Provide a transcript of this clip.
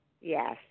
Yes